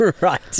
Right